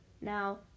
Now